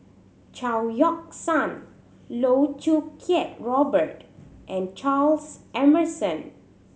Chao Yoke San Loh Choo Kiat Robert and Charles Emmerson